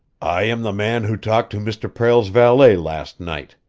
i am the man who talked to mr. prale's valet last night,